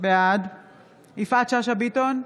בעד יפעת שאשא ביטון,